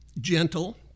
gentle